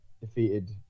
defeated